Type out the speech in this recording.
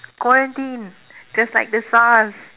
quarantine just like the SARS